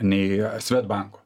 nei svedbanko